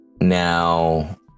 Now